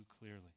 clearly